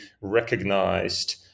recognized